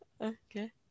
Okay